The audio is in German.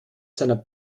seiner